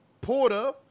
Porter